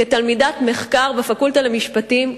כתלמידת מחקר בפקולטה למשפטים,